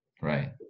Right